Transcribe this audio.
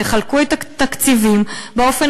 תחלקו את התקציבים באופן,